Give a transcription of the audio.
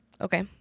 Okay